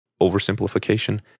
oversimplification